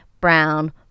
brown